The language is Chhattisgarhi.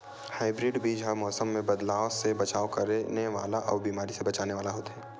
हाइब्रिड बीज हा मौसम मे बदलाव से बचाव करने वाला अउ बीमारी से बचाव करने वाला होथे